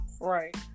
right